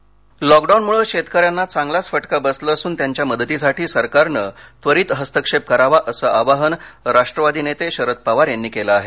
Sharad Pawar lockdown मुळे शेतकऱ्यांना चांगलाच फटका बसला असून त्यांच्या मदतीसाठी सरकारनं त्वरित हस्तक्षेप करावा असं आवाइन राष्ट्वादी नेते शरद पवार यांनी केलं आहे